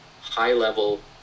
high-level